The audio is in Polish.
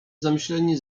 zamyśleni